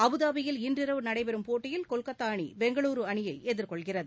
அபுதாபியில் இன்றிரவு நடைபெறும் போட்டியில் கொல்கத்தா அணி பெங்களுரு அணியை எதிர்கொள்கிறது